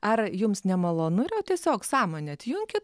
ar jums nemalonu yra o tiesiog sąmonę atjunkit